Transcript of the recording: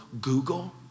Google